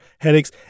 headaches